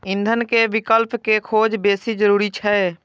ईंधन के विकल्प के खोज बेसी जरूरी छै